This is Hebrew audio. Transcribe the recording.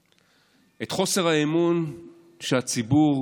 את חוסר האמון שהציבור